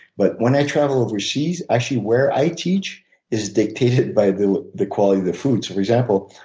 but when i travel overseas, actually where i teach is dictated by the the quality of the food. so for example,